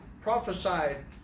prophesied